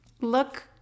look